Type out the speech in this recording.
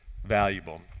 valuable